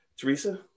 Teresa